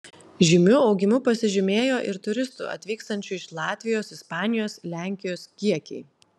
žymiu augimu pasižymėjo ir turistų atvykstančių iš latvijos ispanijos lenkijos kiekiai